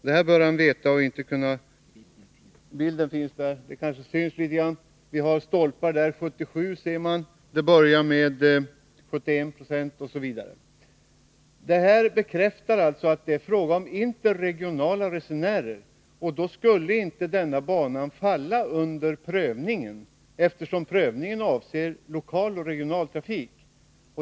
Det varierar litet under denna tid, men snittet var 67 9o. Detta bekräftar att det är fråga om interregionala resenärer. Då skulle inte denna bana falla under prövningen, eftersom denna avser lokal och regional trafik.